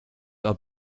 are